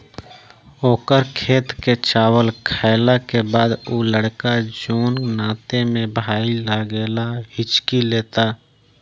ओकर खेत के चावल खैला के बाद उ लड़का जोन नाते में भाई लागेला हिच्की लेता